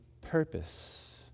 purpose